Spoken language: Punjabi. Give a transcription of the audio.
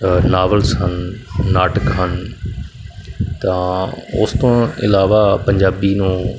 ਨਾਵਲ ਸਨ ਨਾਟਕ ਹਨ ਤਾਂ ਉਸ ਤੋਂ ਇਲਾਵਾ ਪੰਜਾਬੀ ਨੂੰ